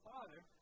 Father